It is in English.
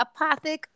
Apothic